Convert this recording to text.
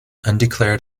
undeclared